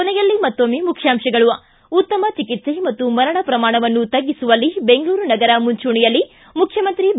ಕೊನೆಯಲ್ಲಿ ಮತ್ತೊಮ್ಮೆ ಮುಖ್ಯಾಂತಗಳು ು ಉತ್ತಮ ಚಿಕಿತ್ಸೆ ಮತ್ತು ಮರಣ ಪ್ರಮಾಣವನ್ನು ತಗ್ಗಿಸುವಲ್ಲಿ ಬೆಂಗಳೂರು ನಗರ ಮುಂಚೂಣಿಯಲ್ಲಿ ಮುಖ್ಲಮಂತ್ರಿ ಬಿ